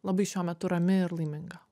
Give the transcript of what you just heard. labai šiuo metu rami ir laiminga